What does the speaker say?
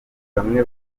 bamwe